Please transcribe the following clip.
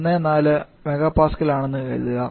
14 MPa ആണെന്ന് കരുതുക